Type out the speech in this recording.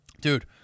dude